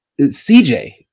CJ